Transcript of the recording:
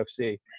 UFC